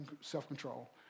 self-control